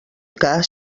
cas